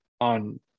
on